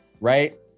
Right